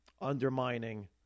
undermining